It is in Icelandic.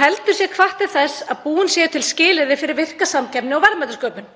heldur sé hvatt til þess að búin séu til skilyrði fyrir virka samkeppni og verðmætasköpun.